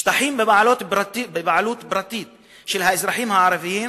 שטחים בבעלות פרטית של האזרחים הערבים,